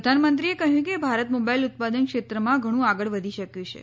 પ્રધાનમંત્રીએ કહ્યું કે ભારત મોબાઇલ ઉત્પાદન ક્ષેત્રમાં ઘણું આગળ વધી શક્યું છે